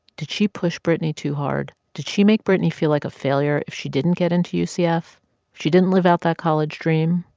did she push brittany too hard? did she make brittany feel like a failure if she didn't get into ucf, yeah if she didn't live out the college dream?